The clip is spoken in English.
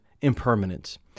impermanence